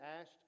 asked